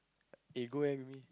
eh go eh with me